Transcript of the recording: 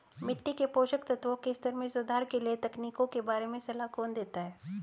मिट्टी के पोषक तत्वों के स्तर में सुधार के लिए तकनीकों के बारे में सलाह कौन देता है?